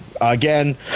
again